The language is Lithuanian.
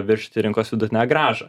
viršyti rinkos vidutinę grąžą